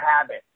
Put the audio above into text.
habit